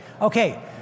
Okay